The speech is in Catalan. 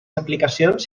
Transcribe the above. aplicacions